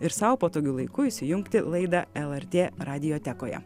ir sau patogiu laiku įsijungti laidą lrt radijotekoje